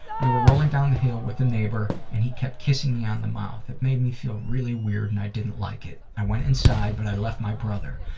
we were rolling down the hill with the neighbor, and he kept kissing me on the mouth. it made me feel really weird, and i didn't like it. i went inside, but i left my brother.